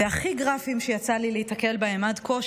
והכי גרפיים שיצא לי להיתקל בהם עד כה,